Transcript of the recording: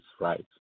right